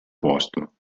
posto